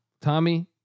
Tommy